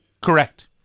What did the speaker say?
Correct